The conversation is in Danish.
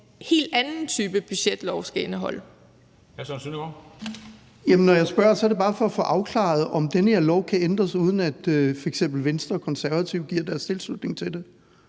helt anden type budgetlov skal indeholde.